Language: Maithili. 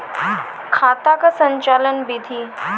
खाता का संचालन बिधि?